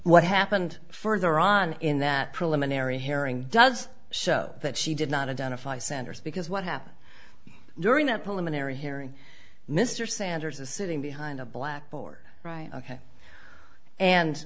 what happened further on in that preliminary hearing does show that she did not identify senders because what happened during that pulmonary hearing mr sanders is sitting behind a blackboard right ok and